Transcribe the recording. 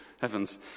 Heavens